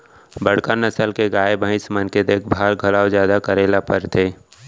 बड़का नसल के गाय, भईंस मन के देखभाल घलौ जादा करे ल परथे